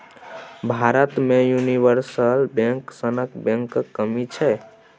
भारत मे universal bank सनक बैंकक कमी छै